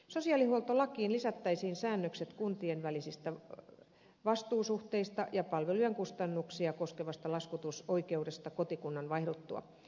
sosiaalihuoltolakiin lisättäisiin säännökset kuntien välisistä vastuusuhteista ja palvelujen kustannuksia koskevasta laskutusoikeudesta kotikunnan vaihduttua